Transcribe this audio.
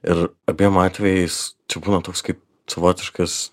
ir abiem atvejais būna toks kaip savotiškas